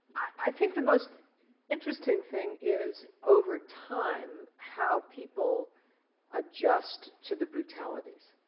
i think the most interesting thing is over time, how people adjust to the brutalities.